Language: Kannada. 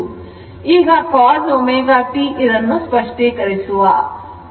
ಈಗ cos ω t ಇದನ್ನು ಸ್ಪಷ್ಟೀಕರಿಸುವ